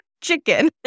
chicken